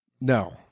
No